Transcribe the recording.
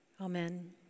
Amen